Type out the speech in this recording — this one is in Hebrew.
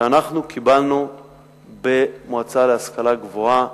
שאנחנו קיבלנו במועצה להשכלה גבוהה